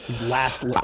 last